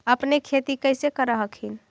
अपने खेती कैसे कर हखिन?